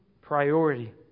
priority